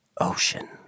Ocean